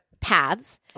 paths